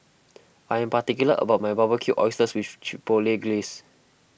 I am particular about my Barbecued Oysters with Chipotle Glaze